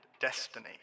Destiny